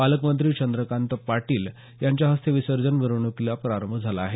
पालक मंत्री चंद्रकांत पाटील यांच्या हस्ते विसर्जन मिरवणुकीला प्रारंभ झाला आहे